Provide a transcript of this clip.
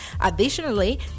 Additionally